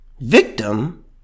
victim